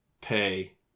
pay